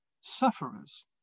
sufferers